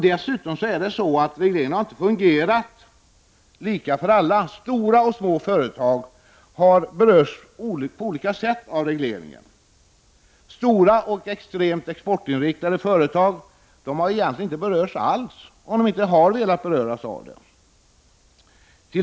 Dessutom har regleringen inte fungerat lika för alla. Stora och små företag har berörts på olika sätt av regleringen. Stora och extremt exportinriktade företag har inte alls berörts, om de inte har velat beröras.